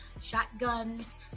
shotguns